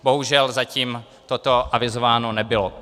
Bohužel, zatím toto avizováno nebylo.